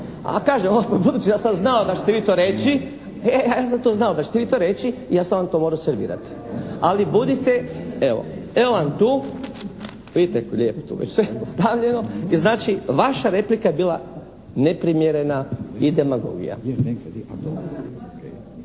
vi to reći, ja sam to znao da ćete vi to reći, ja sam vam to morao servirati. Ali budite, evo, evo vam tu, vidite, kako je lijepo tu već sve postavljeno. I znači, vaša replika je bila neprimjerena i demagogija.